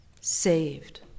saved